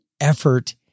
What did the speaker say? effort